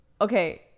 Okay